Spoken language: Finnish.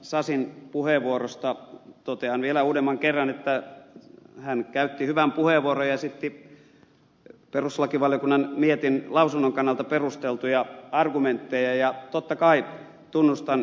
sasin puheenvuorosta totean vielä uudemman kerran että hän käytti hyvän puheenvuoron ja esitti perustuslakivaliokunnan lausunnon kannalta perusteltuja argumentteja ja totta kai tunnustan ed